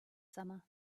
summer